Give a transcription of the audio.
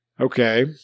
okay